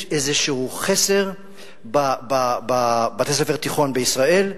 יש איזשהו חסר בבתי-הספר התיכון בישראל,